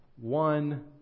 one